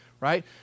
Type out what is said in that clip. Right